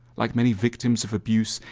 like many victims of abuse,